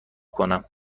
کنم